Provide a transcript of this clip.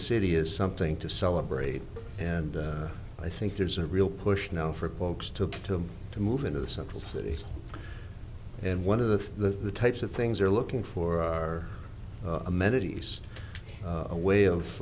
city is something to celebrate and i think there's a real push now for blokes to to move into the central city and one of the types of things are looking for are amenities a way